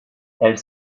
elle